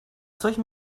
solchen